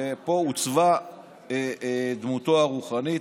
ופה עוצבה דמותו הרוחנית,